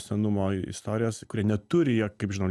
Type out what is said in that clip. senumo istorijos kurie neturi jie kaip žinom